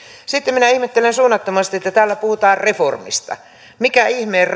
sitten minä ihmettelen suunnattomasti että täällä puhutaan reformista mikä ihmeen